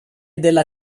della